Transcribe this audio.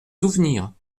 souvenirs